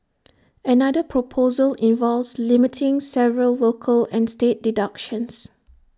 another proposal involves limiting several local and state deductions